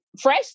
fresh